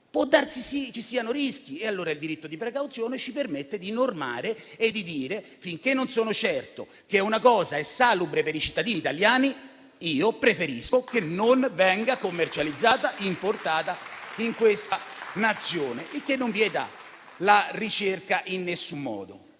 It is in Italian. ci siano rischi. Il diritto di precauzione ci permette dunque di normare e di dire che, finché non siamo certi che una cosa sia salubre per i cittadini italiani, preferiamo che non venga commercializzata e importata in questa Nazione, il che non vieta la ricerca, in nessun modo.